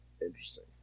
Interesting